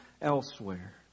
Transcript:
elsewhere